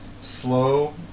Slow